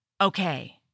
Okay